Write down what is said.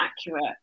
accurate